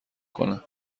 کنه